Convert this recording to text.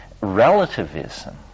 relativism